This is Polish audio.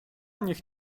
niech